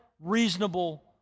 reasonable